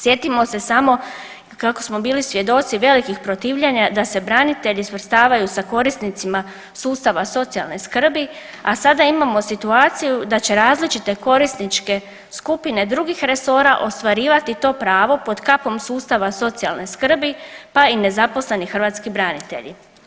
Sjetimo se samo kako smo bili svjedoci velikih protivljenja da se branitelji svrstavaju sa korisnicima sustava socijalne skrbi a sada imamo situaciju da će različite korisničke skupine drugih resora ostvarivati to pravo pod kapom sustava socijalne skrbi pa i nezaposleni hrvatski branitelji.